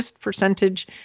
percentage